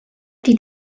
die